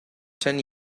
ten